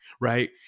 right